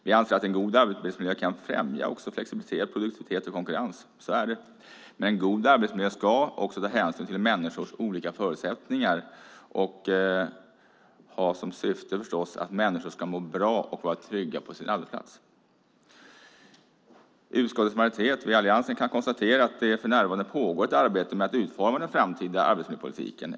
Vi anser också att en god arbetsmiljö kan främja flexibilitet, produktivitet och konkurrens. Så är det. Men en god arbetsmiljö ska också ta hänsyn till människors olika förutsättningar och har förstås som syfte att människor ska må bra och vara trygga på sin arbetsplats. Utskottets majoritet och vi i Alliansen kan konstatera att det för närvarande pågår ett arbete med att utforma den framtida arbetsmiljöpolitiken.